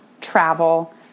travel